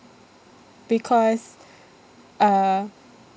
because uh